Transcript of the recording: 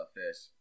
first